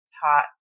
taught